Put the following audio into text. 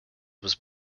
was